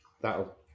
that'll